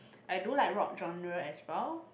I don't like rock journal as well